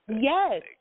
Yes